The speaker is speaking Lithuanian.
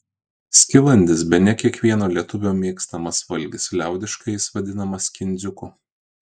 skilandis bene kiekvieno lietuvio mėgstamas valgis liaudiškai jis vadinamas kindziuku